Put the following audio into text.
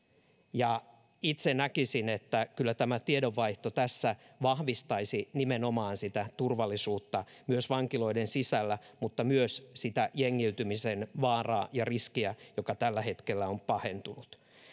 itse näkisin että kyllä tämä tiedonvaihto tässä vahvistaisi nimenomaan turvallisuutta myös vankiloiden sisällä mutta myös sitä jengiytymisen vaaraa ja riskiä joka tällä hetkellä on pahentunut